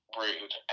rude